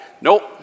Nope